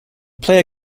player